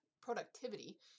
productivity